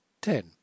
ten